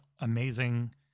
amazing